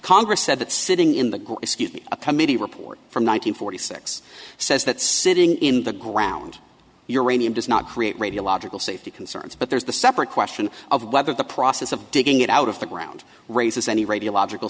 congress said that sitting in the excuse me a committee report from nine hundred forty six says that sitting in the ground you're raining does not create radiological safety concerns but there's the separate question of whether the process of digging it out of the ground raises any radiological